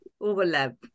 overlap